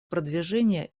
продвижение